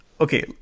okay